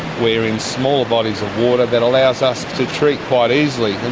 we're in smaller bodies of water that allows us to treat quite easily.